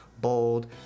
bold